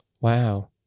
wow